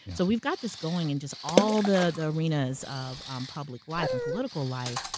so we've got this going in just all the the arenas of um public life and political life.